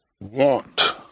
want